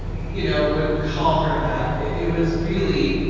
you know, would call her that, it was really,